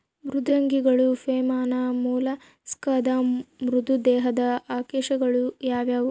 ಮೃದ್ವಂಗಿಗಳು ಫೈಲಮ್ ಮೊಲಸ್ಕಾದ ಮೃದು ದೇಹದ ಅಕಶೇರುಕಗಳಾಗ್ಯವ